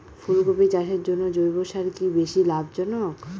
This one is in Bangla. ফুলকপি চাষের জন্য জৈব সার কি বেশী লাভজনক?